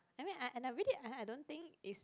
I mean I I and I really I don't think it's